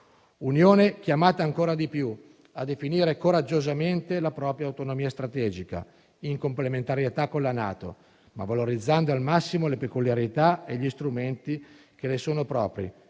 L'Unione è chiamata ancora di più a definire coraggiosamente la propria autonomia strategica, in complementarietà con la NATO, ma valorizzando al massimo le peculiarità e gli strumenti che le sono propri,